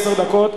עשר דקות,